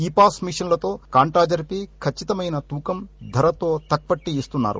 ఈ పాస్ మిషన్లతో కాంటా జరిపి ఖచ్చితమైన తూకం ధరతో తక్ పట్టి ఇస్తున్నారు